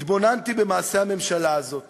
התבוננתי במעשי הממשלה הזאת